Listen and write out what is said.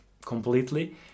completely